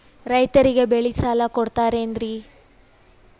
ರೈತರಿಗೆ ಬೆಳೆ ಸಾಲ ಕೊಡ್ತಿರೇನ್ರಿ?